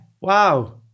Wow